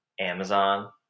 Amazon